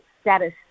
status